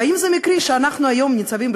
והאם זה מקרי שאנחנו היום ניצבים,